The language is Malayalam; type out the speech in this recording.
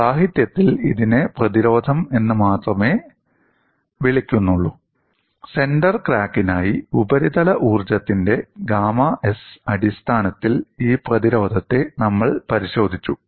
സാഹിത്യത്തിൽ ഇതിനെ പ്രതിരോധം എന്ന് മാത്രമേ വിളിക്കുന്നുള്ളൂ സെന്റർ ക്രാക്കിനായി ഉപരിതല ഊർജ്ജത്തിന്റെ ഗാമ s അടിസ്ഥാനത്തിൽ ഈ പ്രതിരോധത്തെ നമ്മൾ പരിശോധിച്ചു